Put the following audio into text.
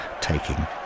taking